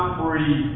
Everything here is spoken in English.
free